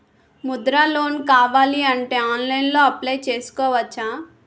Mudra loan కావాలి అంటే ఆన్లైన్లో అప్లయ్ చేసుకోవచ్చా?